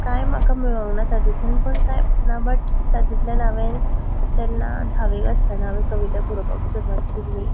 कांय म्हाका मेळुना पण ना बट तातूंतल्यान हांवें तेन्ना धाव्वेक आसतना कविता बरोवपाक सुरवात केल्ली